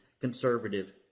conservative